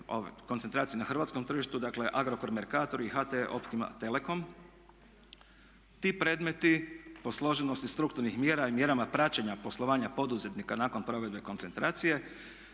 koncentracije na hrvatskom tržištu, dakle Agrokor, Mercator i HT optima telekom. Ti predmeti po složenosti strukturnih mjera i mjerama praćenja poslovanja poduzetnika nakon provedbe koncentracije